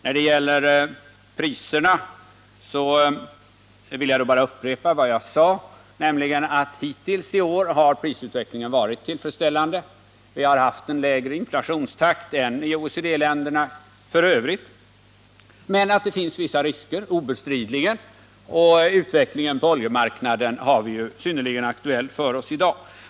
När det gäller priserna vill jag upprepa vad jag sade i mitt huvudanförande, nämligen att hittills i år har prisutvecklingen varit tillfredsställande. Vi har haft en lägre inflationstakt än i OECD-länderna i övrigt. Men obestridligen finns det vissa risker. Utvecklingen på oljemarknaden har vi ju synnerligen aktuell för oss i dag.